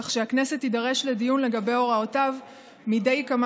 כך שהכנסת תידרש לדיון על הוראותיו מדי כמה